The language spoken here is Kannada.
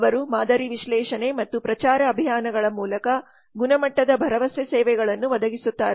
ಅವರು ಮಾದರಿ ವಿಶ್ಲೇಷಣೆ ಮತ್ತು ಪ್ರಚಾರ ಅಭಿಯಾನಗಳ ಮೂಲಕ ಗುಣಮಟ್ಟದ ಭರವಸೆ ಸೇವೆಗಳನ್ನು ಒದಗಿಸುತ್ತಾರೆ